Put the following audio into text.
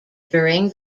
during